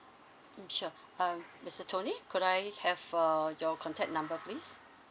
mm sure um mister tony could I have err your contact number please